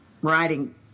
writing